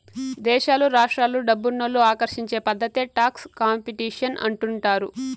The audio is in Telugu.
దేశాలు రాష్ట్రాలు డబ్బునోళ్ళు ఆకర్షించే పద్ధతే టాక్స్ కాంపిటీషన్ అంటుండారు